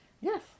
Yes